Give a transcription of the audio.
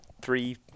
three